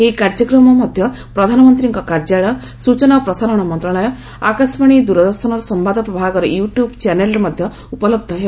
ଏହି କାର୍ଯ୍ୟକ୍ରମ ମଧ୍ୟ ପ୍ରଧାନମନ୍ତ୍ରୀଙ୍କ କାର୍ଯ୍ୟାଳୟ ସୂଚନା ଓ ପ୍ରସାରଣ ମନ୍ତ୍ରଶାଳୟ ଆକାଶବାଣୀ ଦୂରଦର୍ଶନର ସମ୍ବାଦ ପ୍ରଭାଗର ୟୁ ଟ୍ୟୁବ ଚ୍ୟାନେଲରେ ଉପଲବ୍ଧ ହେବ